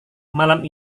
malam